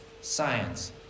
science